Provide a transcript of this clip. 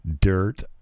Dirt